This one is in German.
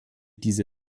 diese